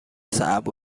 صعب